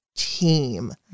team